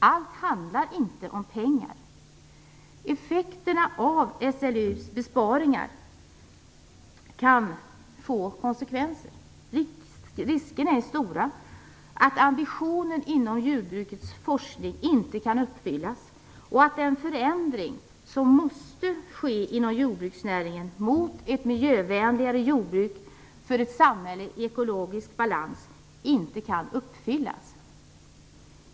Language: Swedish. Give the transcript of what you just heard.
Allt handlar inte om pengar. Besparingarna inom SLU kan få konsekvenser. Riskerna är stora att ambitionen inom jordbrukets forskning och den förändring som måste ske inom jordbruksnäringen mot ett miljövänligare jordbruk för ett samhälle i ekologisk balans inte kan uppfyllas.